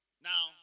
now